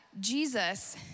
Jesus